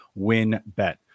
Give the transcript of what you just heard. WinBet